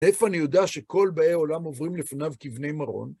מאיפה אני יודע שכל באי העולם עוברים לפניו כבני מרון?